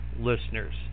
listeners